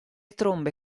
trombe